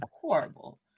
horrible